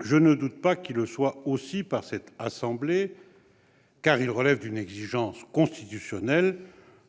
Je ne doute pas qu'ils le soient aussi par les membres de cette assemblée, car ils relèvent d'une exigence constitutionnelle.